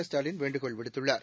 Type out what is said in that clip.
ஸ்டாலின் வேண்டுகோள் விடுத்துள்ளார்